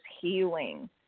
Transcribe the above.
healing